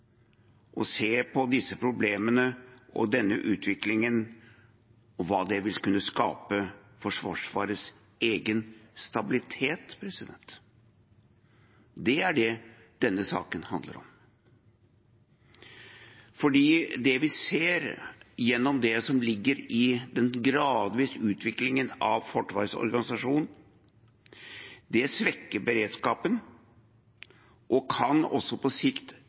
å se på disse problemene og denne utviklingen og hva det vil kunne skape med tanke på Forsvarets egen stabilitet. Det er det denne saken handler om, for det vi ser gjennom det som ligger i den gradvise utviklingen av Forsvarets organisasjon, er at det svekker beredskapen og også på sikt